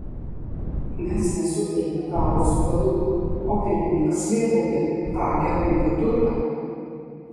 mes nesuduriame galo su galu o pirmininkas lėbauja vagia ūkio turtą